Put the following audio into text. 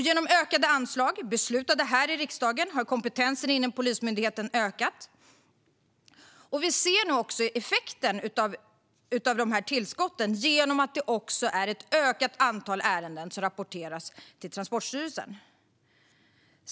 Genom ökade anslag, beslutade här i riksdagen, har kompetensen inom Polismyndigheten ökat. Vi ser nu också effekten av tillskotten genom att ett ökat antal ärenden rapporteras till Transportstyrelsen.